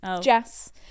Jess